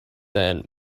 then